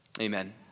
Amen